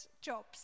jobs